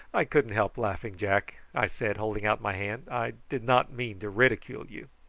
i couldn't help laughing, jack, i said, holding out my hand. i did not mean to ridicule you.